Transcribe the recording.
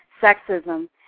sexism